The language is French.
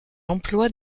emploie